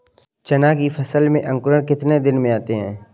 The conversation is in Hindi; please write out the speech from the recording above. चना की फसल में अंकुरण कितने दिन में आते हैं?